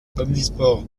omnisports